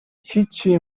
هیچی